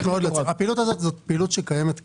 זאת פעילות שקיימת כרגע.